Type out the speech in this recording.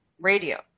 Radio